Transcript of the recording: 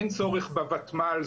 אין צורך בוותמ"ל,